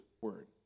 word